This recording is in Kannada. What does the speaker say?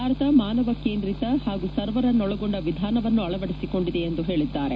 ಬಾರತ ಮಾನವ ಕೇಂದ್ರಿತ ಹಾಗೂ ಎಲ್ಲರನ್ನೊಳಗೊಂಡ ವಿಧಾನವನ್ನು ಆಳವಡಿಸೊಂಡಿದೆ ಎಂದು ಹೇಳದ್ದಾರೆ